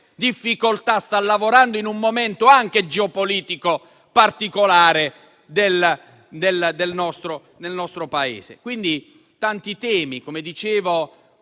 difficoltà, sta lavorando in un momento anche geopolitico particolare per il nostro Paese. Tanti sono i temi importanti